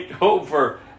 over